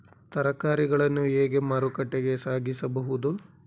ತರಕಾರಿಗಳನ್ನು ಹೇಗೆ ಮಾರುಕಟ್ಟೆಗೆ ಸಾಗಿಸಬಹುದು?